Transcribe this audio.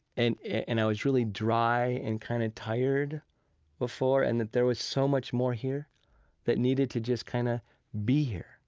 and and i was really dry and kind of tired before and that there was so much more here that needed to just kind of be here,